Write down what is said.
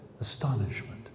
astonishment